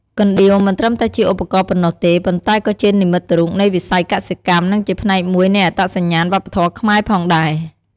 កណ្ដៀវមិនត្រឹមតែជាឧបករណ៍ប៉ុណ្ណោះទេ ប៉ុន្តែក៏ជានិមិត្តរូបនៃវិស័យកសិកម្ម និងជាផ្នែកមួយនៃអត្តសញ្ញាណវប្បធម៌ខ្មែរផងដែរ។